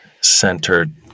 centered